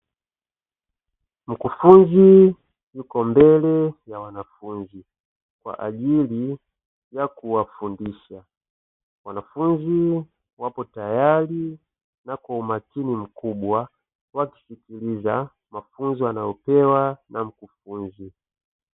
Mkufunzi yupo mbele ya wanafunzi kwa ajili ya kuwafundisha, wanafunzi wapo tayari na kwa umakini mkubwa wakisikiliza mafunzo wanayopewa na mkufunzi.